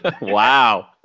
Wow